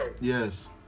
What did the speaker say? Yes